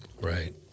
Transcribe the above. right